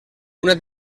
una